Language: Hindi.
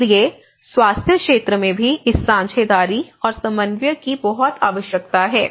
इसलिए स्वास्थ्य क्षेत्र में भी इस साझेदारी और समन्वय की बहुत आवश्यकता है